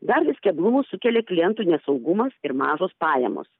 dar vis keblumų sukelia klientų nesaugumas ir mažos pajamos